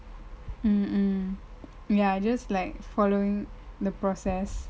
mm mm ya just like following the process